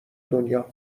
دنیا